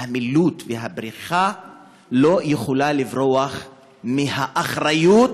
המילוט והבריחה לא יכולה לברוח מהאחריות